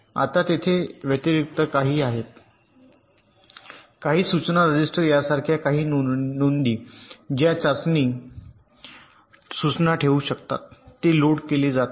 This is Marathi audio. आता तेथे व्यतिरिक्त काही आहेत काही सूचना रजिस्टर सारख्या काही नोंदी ज्या चाचणी सूचना ठेवू शकतात ते लोड केले जात आहे